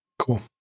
Cool